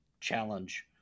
challenge